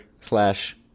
slash